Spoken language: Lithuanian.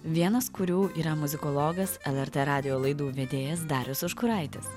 vienas kurių yra muzikologas lrt radijo laidų vedėjas darius užkuraitis